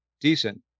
decent